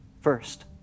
first